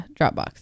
Dropbox